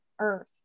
earth